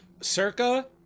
Circa